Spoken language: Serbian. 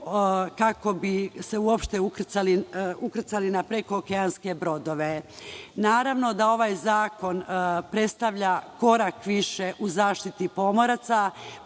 kako bi se uopšte ukrcali na prekookeanske brodove. Ovaj zakon predstavlja korak više u zaštiti pomoraca,